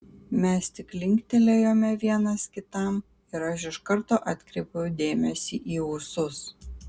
mes tik linktelėjome vienas kitam ir aš iš karto atkreipiau dėmesį į ūsus